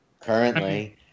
currently